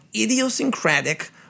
Idiosyncratic